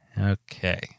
Okay